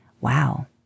Wow